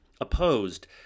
opposed